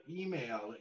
email